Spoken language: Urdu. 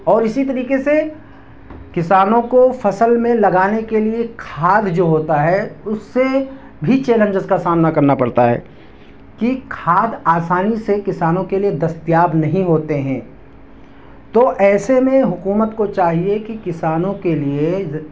اور اسی طریقے سے کسانوں کو فصل میں لگانے کے لیے کھاد جو ہوتا ہے اس سے بھی چیلنجز کا سامنا کرنا پڑتا ہے کہ کھاد آسانی سے کسانوں کے لیے دستیاب نہیں ہوتے ہیں تو ایسے میں حکومت کو چاہیے کہ کسانوں کے لیے